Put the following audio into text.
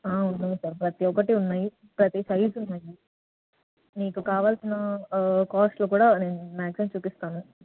ఉన్నాయి సార్ ప్రతి ఒక్కటి ఉన్నాయి ప్రతీ సైజు ఉన్నాయి మీకు కావాల్సిన కాస్ట్లో కూడా నేను మ్యాగ్జిమమ్ చూపిస్తాను